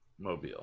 Mobile